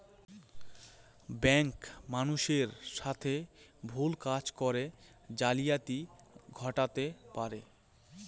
bank মানুষের সাথে ভুল কাজ করে জালিয়াতি ঘটাতে পারে